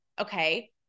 Okay